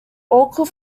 oracle